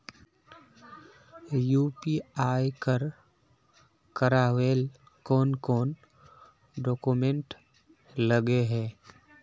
UPI कर करावेल कौन कौन डॉक्यूमेंट लगे है?